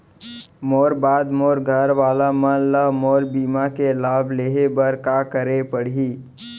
मोर बाद मोर घर वाला मन ला मोर बीमा के लाभ लेहे बर का करे पड़ही?